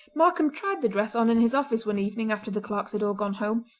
markam tried the dress on in his office one evening after the clerks had all gone home.